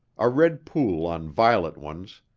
a red pool on violet ones,